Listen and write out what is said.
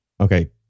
Okay